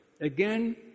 Again